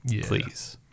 please